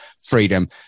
freedom